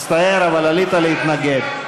מצטער, אבל עלית להתנגד.